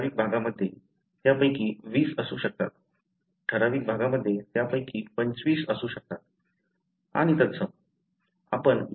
ठराविक भागा मध्ये त्यापैकी 20 असू शकतात ठराविक भागा मध्ये त्यापैकी 25 असू शकतात आणि तत्सम